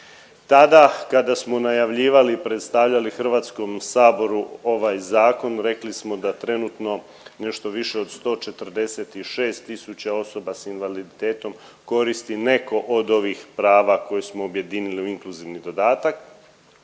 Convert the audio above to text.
Tada kada smo najavljivali i predstavljali HS ovaj zakon rekli smo da trenutno nešto više od 146 tisuća osoba s invaliditetom koristi neko od ovih prava koje smo objedinili u inkluzivni dodatak